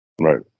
Right